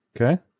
Okay